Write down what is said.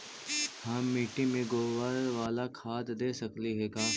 हम मिट्टी में गोबर बाला खाद दे सकली हे का?